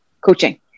coaching